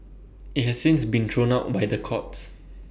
IT has since been thrown out by the courts